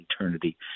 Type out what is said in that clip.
eternity